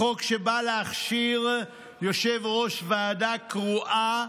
החוק, שבא להכשיר יושב-ראש ועדה קרואה,